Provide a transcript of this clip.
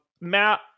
Matt